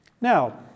Now